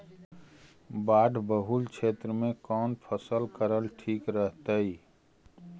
बाढ़ बहुल क्षेत्र में कौन फसल करल ठीक रहतइ?